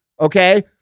Okay